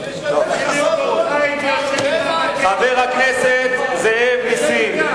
אני במקומך הייתי, חבר הכנסת זאב נסים.